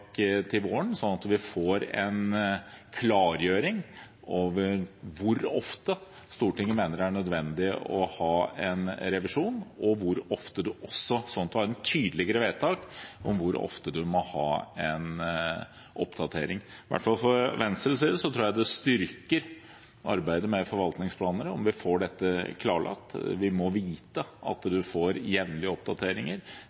til våren, slik at vi får en klargjøring av hvor ofte Stortinget mener det er nødvendig å ha en revisjon, slik at en har et tydeligere vedtak om hvor ofte du må ha en oppdatering. Jeg tror, i hvert fall fra Venstres side, at det styrker arbeidet med forvaltningsplaner om vi får dette klarlagt. Vi må vite at